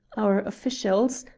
or officials,